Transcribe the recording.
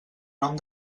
nom